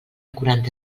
quaranta